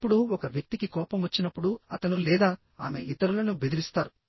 ఇప్పుడు ఒక వ్యక్తికి కోపం వచ్చినప్పుడు అతను లేదా ఆమె ఇతరులను బెదిరిస్తారు